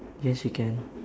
yes you can